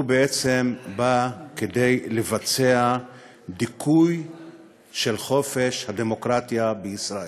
הוא בא כדי לבצע דיכוי של חופש הדמוקרטיה בישראל.